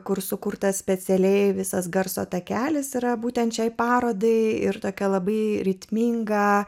kur sukurtas specialiai visas garso takelis yra būtent šiai parodai ir tokią labai ritmingą